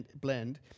blend